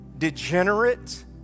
degenerate